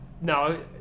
no